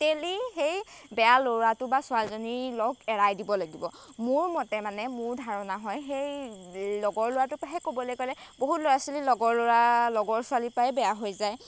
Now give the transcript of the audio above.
তোতেলি সেই বেয়া ল'ৰাটো বা ছোৱালীজনীৰ লগ এৰাই দিব লাগিব মোৰ মতে মানে মোৰ ধাৰণা হয় সেই লগৰ ল'ৰাটোৰ পৰাহে ক'বলৈ গ'লে বহুত ল'ৰা ছোৱালী লগৰ ল'ৰা লগৰ ছোৱালীৰ পৰাই বেয়া হৈ যায়